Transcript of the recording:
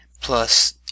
plus